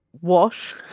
wash